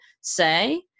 say